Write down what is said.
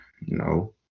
No